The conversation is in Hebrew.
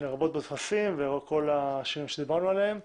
לרבות בטפסים וכל השינויים עליהם דיברנו.